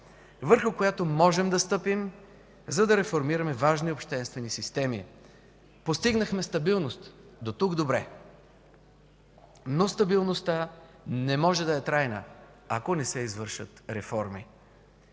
върху която можем да стъпим, за да реформираме важни обществени системи. Постигнахме стабилност. Дотук – добре. Но стабилността не може да е трайна, ако не се извършат реформи,